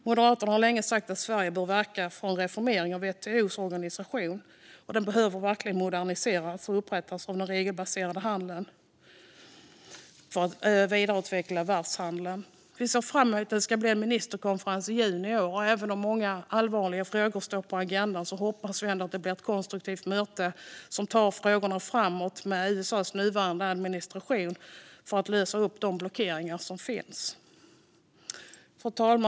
Moderaterna har länge sagt att Sverige bör verka för en reformering av WTO:s organisation, som verkligen behöver moderniseras, för upprättelse av den regelbaserade handeln och för att vidareutveckla världshandeln. Vi ser fram emot att det ska bli en ministerkonferens i juni i år. Även om många allvarliga frågor står på agendan hoppas vi att det blir ett konstruktivt möte som tar frågorna framåt med USA:s nuvarande administration för att lösa upp de blockeringar som finns. Fru talman!